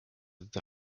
the